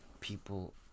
people